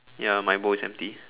ya my bowl is empty